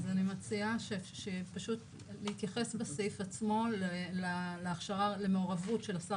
אז אני מציעה להתייחס בסעיף עצמו למעורבות של השר